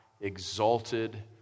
exalted